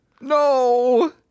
No